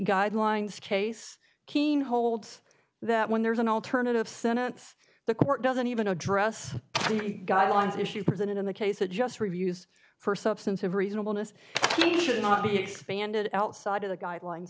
guidelines case keen holds that when there's an alternative sentence the court doesn't even address the guidelines issue presented in the case that just reviews for substance of reasonableness should not be expanded outside of the guidelines